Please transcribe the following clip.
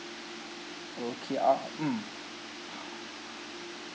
okay uh mm